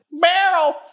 Barrel